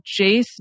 Jace